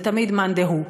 זה תמיד מאן דהוא.